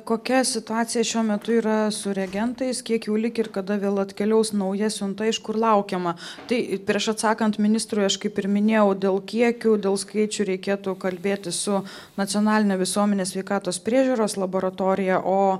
kokia situacija šiuo metu yra su reagentais kiek jų likę ir kada vėl atkeliaus nauja siunta iš kur laukiama tai ir prieš atsakant ministrui aš kaip ir minėjau dėl kiekių dėl skaičių reikėtų kalbėti su nacionaline visuomenės sveikatos priežiūros laboratorija o